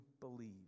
believe